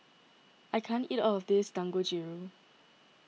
I can't eat all of this Dangojiru